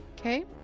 Okay